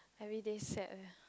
everyday's sad leh